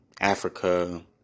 Africa